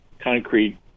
concrete